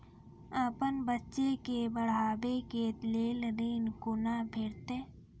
अपन बच्चा के पढाबै के लेल ऋण कुना भेंटते?